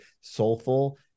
soulful